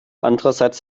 andererseits